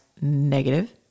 Negative